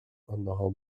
أنها